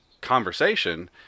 conversation